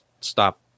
stop